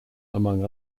among